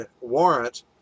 warrant